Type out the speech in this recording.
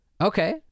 okay